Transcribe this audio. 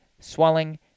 swelling